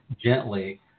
gently